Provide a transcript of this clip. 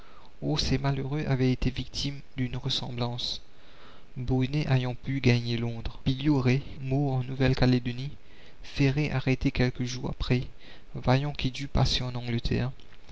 ces malheureux avaient été victimes d'une ressemblance brunet ayant pu gagner londres billioray mort en nouvelle calédonie ferré arrêté quelques jours après vaillant qui dut passer en angleterre